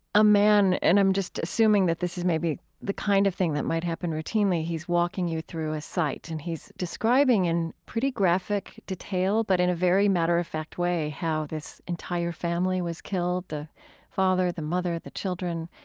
a man and i'm just assuming that this is maybe the kind of thing that might happen routinely he's walking you through a site and he's describing in pretty graphic detail, but in a very matter-of-fact way how this entire family was killed, the father, the mother, the children.